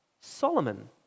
Solomon